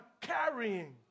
carrying